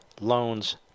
loans